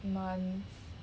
months